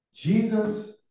Jesus